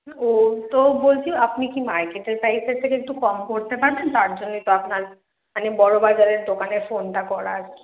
ওও তো বলছি আপনি কি মার্কেটের প্রাইসের থেকে একটু কম করতে পারবেন তার জন্যই তো আপনার মানে বড়ো বাজারের দোকানে ফোনটা করা আর কি